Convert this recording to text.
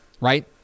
right